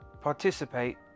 participate